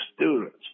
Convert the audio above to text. students